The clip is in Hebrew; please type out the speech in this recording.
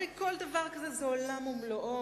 הרי כל דבר כזה הוא עולם ומלואו,